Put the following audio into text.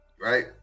right